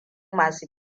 masu